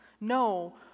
No